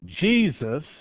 Jesus